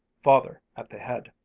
father at the head,